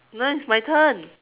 no it's my turn